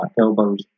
elbows